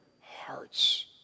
hearts